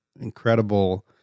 incredible